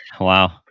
Wow